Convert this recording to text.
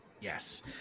Yes